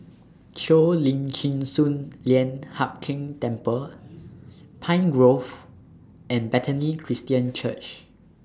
Cheo Lim Chin Sun Lian Hup Keng Temple Pine Grove and Bethany Christian Church